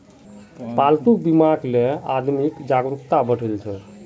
पालतू बीमाक ले आदमीत जागरूकता बढ़ील छ